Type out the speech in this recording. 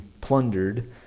plundered